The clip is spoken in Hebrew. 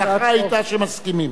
הצעה לסדר-היום.